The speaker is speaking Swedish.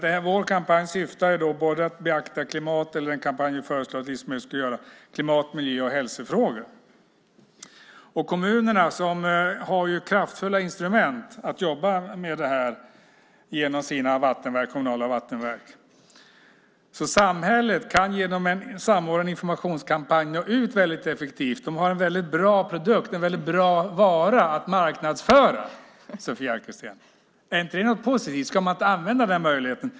Den kampanj vi föreslår att Livsmedelsverket ska göra syftar till att beakta både klimat-, miljö och hälsofrågor. Kommunerna har kraftfulla instrument för att jobba med detta genom sina kommunala vattenverk. Samhället kan genom en samordnad informationskampanj nå ut effektivt. Samhället har en bra produkt och en bra vara att marknadsföra, Sofia Arkelsten. Är inte det något positivt? Ska man inte använda den möjligheten?